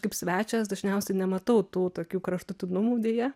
kaip svečias dažniausiai nematau tų tokių kraštutinumų deja